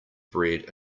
bread